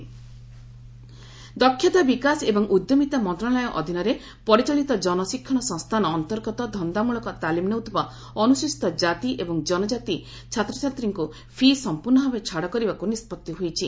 fee' ଦକ୍ଷତା ବିକାଶ ଏବଂ ଉଦ୍ୟମିତା ମନ୍ତଶାଳୟ ଅଧୀନରେ ପରିଚାଳିତ ଜନ ଶିକ୍ଷଣ ସଂସ୍ଥାନ ଅନ୍ତର୍ଗତ ଧନ୍ଦାମୂଳକ ତାଲିମ ନେଉଥିବା ଅନୁସୂଚତି ଚ୍ଚାତି ଏବଂ ଜନଜାତି ଛାତ୍ରଛାତ୍ରୀଙ୍କୁ ଫି' ସମ୍ପର୍ଶ ଭାବେ ଛାଡ଼ କରିବାକ୍ର ନିଷ୍ପଭି ହୋଇଛି